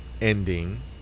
ending